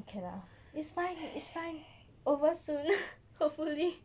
okay lah it's fine it's fine over soon hopefully